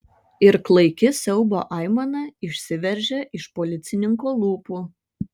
ir klaiki siaubo aimana išsiveržė iš policininko lūpų